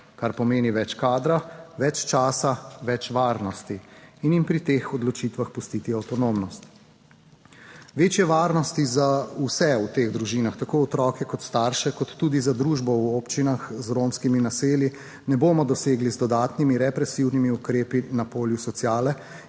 kar pomeni več kadra, več časa, več varnosti, in jim pri teh odločitvah pustiti avtonomnost. Večje varnosti za vse v teh družinah, tako otroke kot starše, kot tudi za družbo v občinah z romskimi naselji, ne bomo dosegli z dodatnimi represivnimi ukrepi na polju sociale